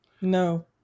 No